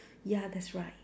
ya that's right